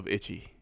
Itchy